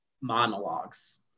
monologues